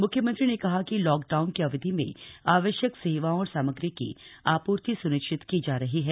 मुख्यमंत्री ने कहा कि लॉक डाउन की अवधि में आवश्यक सेवाओं और सामग्री की आपूर्ति सुनिश्चित की जा रही है